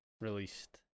released